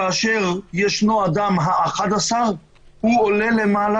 כאשר ישנו האדם ה-11 הוא עולה למעלה,